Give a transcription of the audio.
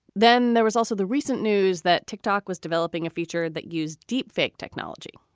then there was also the recent news that tick-tock was developing a feature that used deep vein technology.